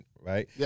right